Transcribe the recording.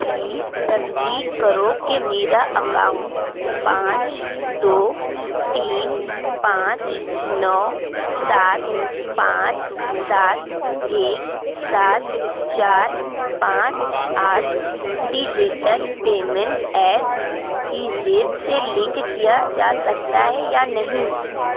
please تصدیق کرو کہ میرا اکاؤنٹ پانچ دو تین پانچ نو سات پانچ سات ایک سات چار پانچ آٹھ ڈجیٹل پیمنٹ ایپ پیزیپ سے لنک کیا جا سکتا ہے یا نہیں